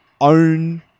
own